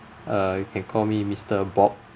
uh you can call me mister bob